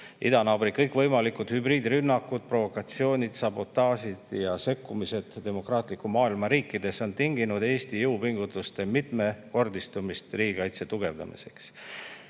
idanaabri kõikvõimalikud hübriidrünnakud, provokatsioonid, sabotaažid ja sekkumised demokraatliku maailma riikides on tinginud Eesti jõupingutuste mitmekordistumise riigikaitse tugevdamiseks.